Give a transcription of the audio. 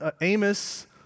Amos